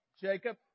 Jacob